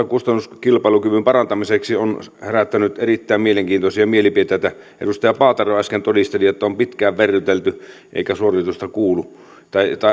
kustannuskilpailukyvyn parantamiseksi on herättänyt erittäin mielenkiintoisia mielipiteitä edustaja paatero äsken todisteli että on pitkään verrytelty eikä suoritusta kuulu tai